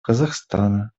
казахстана